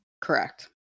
Correct